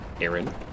Aaron